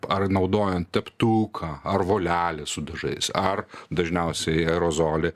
ar naudojant teptuką ar volelį su dažais ar dažniausiai aerozolį